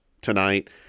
tonight